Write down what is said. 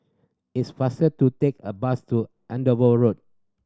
it's faster to take a bus to Andover Road